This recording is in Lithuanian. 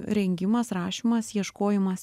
rengimas rašymas ieškojimas